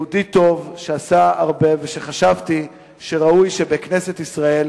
יהודי טוב, שעשה הרבה, וחשבתי שראוי שבכנסת ישראל